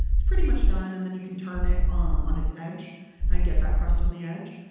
it's pretty much done. and then you can turn it um on its edge and get that crust on the edge.